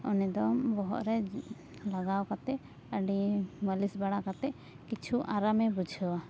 ᱩᱱᱤ ᱫᱚ ᱵᱚᱦᱚᱜ ᱨᱮ ᱞᱟᱜᱟᱣ ᱠᱟᱛᱮ ᱟᱹᱰᱤ ᱢᱟᱹᱞᱤᱥ ᱵᱟᱲᱟ ᱠᱟᱛᱮ ᱠᱤᱪᱷᱩ ᱟᱨᱟᱢᱮ ᱵᱩᱡᱷᱟᱹᱣᱟ